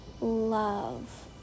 love